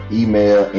email